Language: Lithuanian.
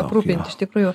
aprūpinti iš tikrųjų